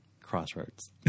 crossroads